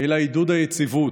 אלא עידוד היציבות.